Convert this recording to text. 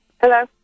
Hello